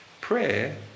Prayer